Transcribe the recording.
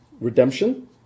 redemption